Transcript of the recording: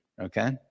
okay